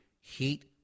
heat